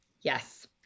yes